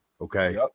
okay